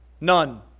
None